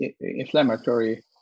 inflammatory